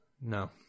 No